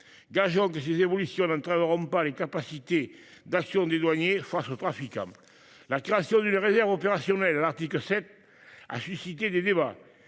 Gageons que ces évolutions n’entraveront pas les capacités d’action des douaniers face aux trafiquants. La création d’une réserve opérationnelle à l’article 7 a suscité des débats.